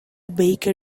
baker